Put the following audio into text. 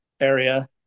area